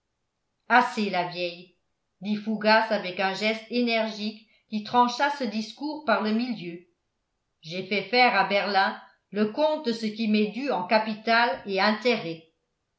assez la vieille dit fougas avec un geste énergique qui trancha ce discours par le milieu j'ai fait faire à berlin le compte de ce qui m'est dû en capital et intérêts